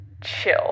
Chill